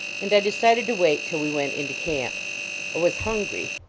and i decided to wait till we went into camp. i was hungry.